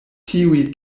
tiuj